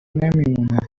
نمیمونه